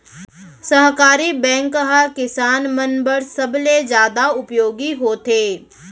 सहकारी बैंक ह किसान मन बर सबले जादा उपयोगी होथे